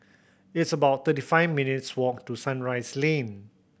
it's about thirty five minutes' walk to Sunrise Lane